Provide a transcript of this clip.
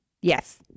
Yes